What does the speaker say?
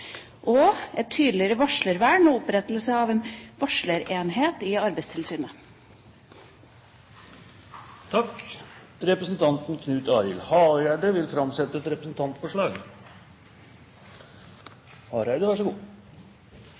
om et tydeligere varslingsvern og opprettelse av en varslerenhet i Arbeidstilsynet Representanten Knut Arild Hareide vil framsette et representantforslag.